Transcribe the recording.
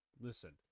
Listen